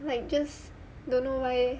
like just don't know why eh